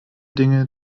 dinge